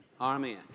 Amen